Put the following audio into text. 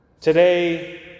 Today